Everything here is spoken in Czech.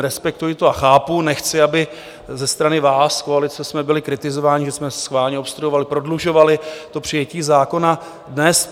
Respektuji to a chápu, nechci, aby ze strany vás, koalice, jsme byli kritizováni, že jsme schválně obstruovali, prodlužovali přijetí zákona dnes.